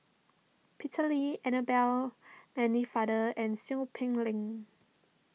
Peter Lee Annabel Pennefather and Seow Peck Leng